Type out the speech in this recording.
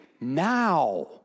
now